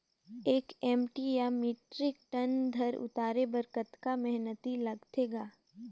एक एम.टी या metric tonne धन उतारे बर कतका मेहनती लगथे ग?